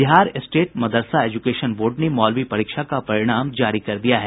Bihar state madrasa education board ने मौलवी परीक्षा का परिणाम जारी कर दिया है